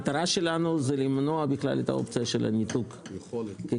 המטרה שלנו היא למנוע בכלל את אופציית הניתוק ככזה.